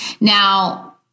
Now